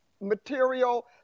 material